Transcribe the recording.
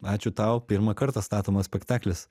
ačiū tau pirmą kartą statomas spektaklis